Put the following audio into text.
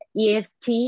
EFT